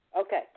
Okay